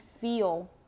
feel